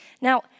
Now